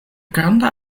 granda